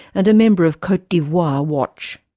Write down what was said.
and a member of cote d'ivoire watch.